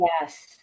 Yes